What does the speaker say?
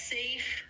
safe